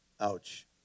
Ouch